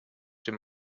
dem